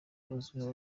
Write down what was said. azwiho